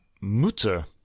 Mutter